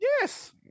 Yes